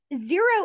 zero